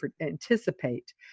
anticipate